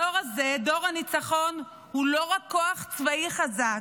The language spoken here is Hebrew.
הדור הזה, דור הניצחון, הוא לא רק כוח צבאי חזק,